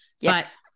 Yes